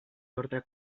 ordre